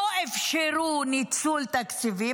לא אפשרו ניצול תקציבים,